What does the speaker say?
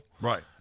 Right